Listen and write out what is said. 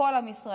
מכל עם ישראל.